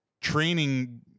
training